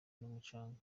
n’umucanga